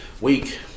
week